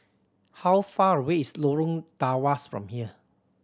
how far away is Lorong Tawas from here